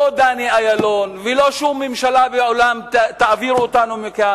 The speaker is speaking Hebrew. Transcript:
לא דני אילון ולא שום ממשלה בעולם תעביר אותנו מכאן.